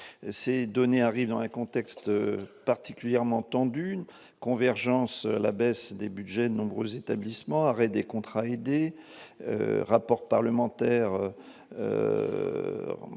Ces données arrivent dans un contexte particulièrement tendu : convergence à la baisse des budgets de nombreux établissements ; arrêt des contrats aidés ; rapport parlementaire